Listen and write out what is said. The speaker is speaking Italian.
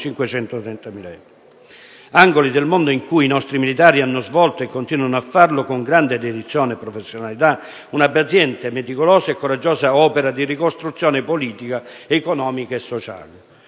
euro. Sono angoli del mondo in cui i nostri militari hanno svolto, e continuano a farlo, con grande dedizione e professionalità, una paziente, meticolosa e coraggiosa opera di ricostruzione politica, economica e sociale.